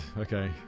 okay